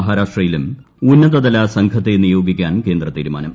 മഹാരാഷ്ട്രയിലും ഉന്നതതല സംഘത്തെ നിയോഗിക്കാൻ കേന്ദ്ര തീരുമാനം